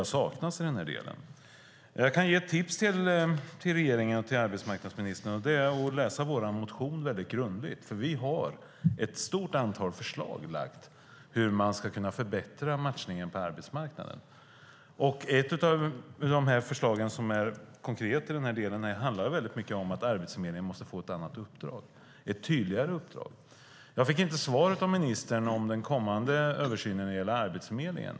Jag kan ge ett tips till regeringen och arbetsmarknadsministern, och det är att läsa vår motion grundligt. Vi har ett stort antal förslag om hur man ska kunna förbättra matchningen på arbetsmarknaden. Ett av de förslag som är konkreta handlar i mycket om att Arbetsförmedlingen måste få ett annat och tydligare uppdrag. Jag fick inte svar av ministern om den kommande översynen när det gäller Arbetsförmedlingen.